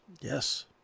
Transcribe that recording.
Yes